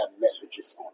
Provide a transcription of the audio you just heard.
messages